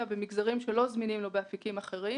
במגזרים שלא זמינים לו באפיקים אחרים,